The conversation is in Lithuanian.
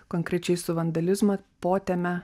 konkrečiai su vandalizmo poteme